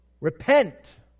Repent